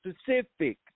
specific